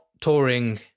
touring